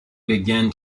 begin